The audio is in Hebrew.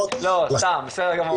לא, סתם, בסדר גמור.